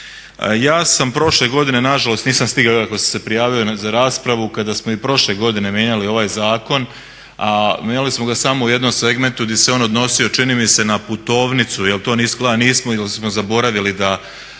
Ja sam prošle godine na žalost nisam stigao iako sam se prijavio za raspravu, kada smo i prošle godine mijenjali ovaj zakon, a mijenjali smo ga samo u jednom segmentu di se on odnosio čini mi se na putovnicu jer to izgleda